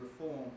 reform